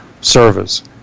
service